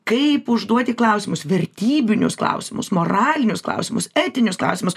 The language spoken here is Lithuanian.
kaip užduoti klausimus vertybinius klausimus moralinius klausimus etinius klausimus